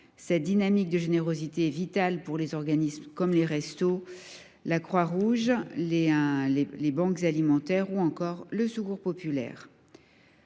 Cette dynamique est vitale pour les organismes comme les Restos du Cœur, la Croix Rouge, les banques alimentaires ou encore le Secours populaire.